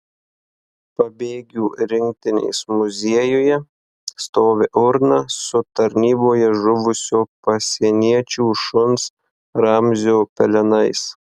pabėgių rinktinės muziejuje stovi urna su tarnyboje žuvusio pasieniečių šuns ramzio pelenais